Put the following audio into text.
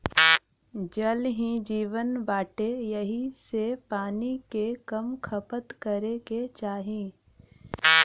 जल ही जीवन बाटे एही से पानी के कम खपत करे के चाही